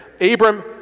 Abram